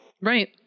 right